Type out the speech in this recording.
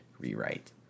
rewrite